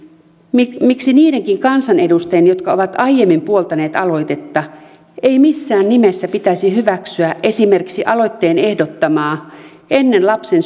miksi miksi niidenkin kansanedustajien jotka ovat aiemmin puoltaneet aloitetta ei missään nimessä pitäisi hyväksyä esimerkiksi aloitteen ehdottamaa ennen lapsen